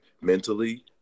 mentally